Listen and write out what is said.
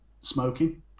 smoking